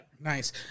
nice